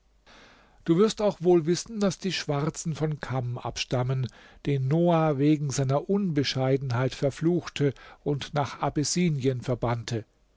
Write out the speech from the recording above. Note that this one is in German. du wirst auch wohl wissen daß die schwarzen von cham abstammen den noah wegen seiner unbescheidenheit verfluchte und nach abessinien verbannte